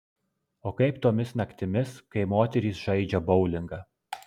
o kaip tomis naktimis kai moterys žaidžia boulingą